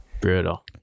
brutal